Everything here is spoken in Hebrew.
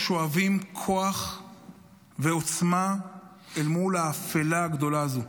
שואבים כוח ועוצמה אל מול האפלה הגדולה הזו.